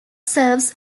serves